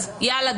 אז יאללה,